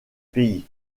pays